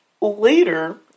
Later